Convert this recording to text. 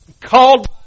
called